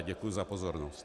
Děkuji za pozornost.